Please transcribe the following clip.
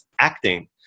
acting